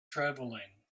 travelling